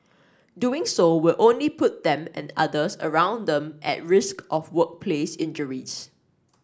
doing so will only put them and others around them at risk of workplace injuries